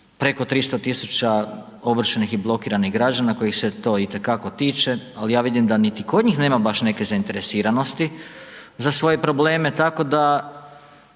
peko 300.000 ovršenih i blokiranih građana kojih se to i te tako tiče, ali ja vidim da niti kod njih nema baš neke zainteresiranosti za svoje probleme, tako da